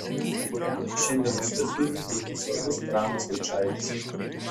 kuriam šiandienos lietuviui būtų svarbus pranas vaičaitis